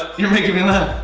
you're making me laugh.